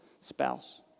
spouse